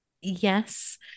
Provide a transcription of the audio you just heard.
yes